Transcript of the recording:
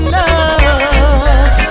love